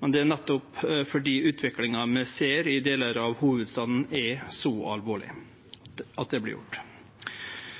og det er nettopp fordi utviklinga vi ser i delar av hovudstaden, er så alvorleg. Først vil eg seie at eg synest det